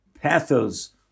pathos